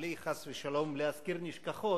בלי, חס ושלום, להזכיר נשכחות,